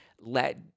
let